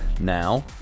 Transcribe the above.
now